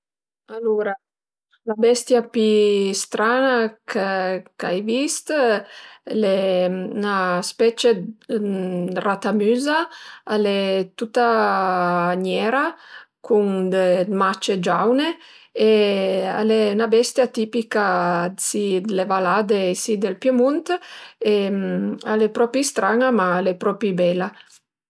Alura la bestia pi stran-a ch'ai vist l'e 'na specie 'd ratamüza, al e tuta niera cun 'd mace giaune e al e 'na bestia tipica d'si d' le valade e si del Piemunt e al e propi strana, ma propi bela